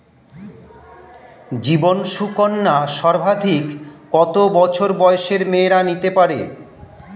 জীবন সুকন্যা সর্বাধিক কত বছর বয়সের মেয়েরা নিতে পারে?